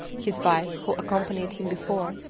his wife, who accompanied him before,